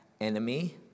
enemy